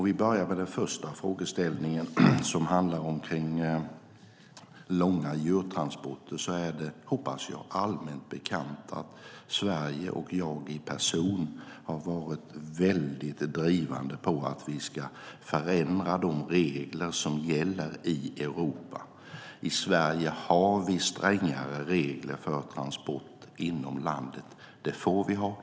Vi börjar med den första frågeställningen, om långa djurtransporter. Jag hoppas att det är allmänt bekant att Sverige och jag personligen har varit väldigt drivande för att förändra de regler som gäller i Europa. I Sverige har vi strängare regler för transport inom landet. Det får vi ha.